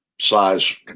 size